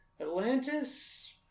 Atlantis